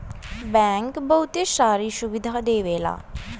bank बहुते सारी सुविधा देवला